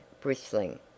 bristling